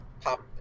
pop